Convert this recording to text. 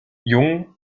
jung